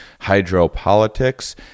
hydropolitics